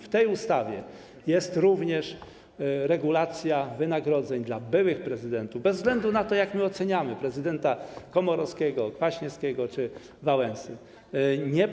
W tej ustawie jest również regulacja wynagrodzeń dla byłych prezydentów, bez względu na to, jak oceniamy prezydenta Komorowskiego, Kwaśniewskiego czy Wałęsę.